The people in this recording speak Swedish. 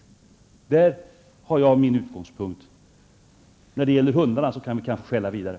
Det är min utgångspunkt. När det gäller hundarna kan vi kanske skälla vidare.